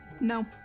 No